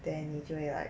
then 你就要 like